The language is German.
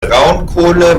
braunkohle